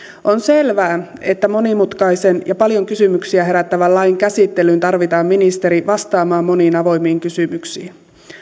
on selvää että monimutkaisen ja paljon kysymyksiä herättävän lain käsittelyyn tarvitaan ministeri vastaamaan moniin avoimiin kysymyksiin